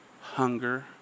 hunger